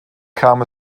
kam